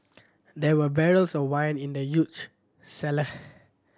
there were barrels of wine in the huge cellar